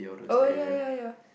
oh ya ya ya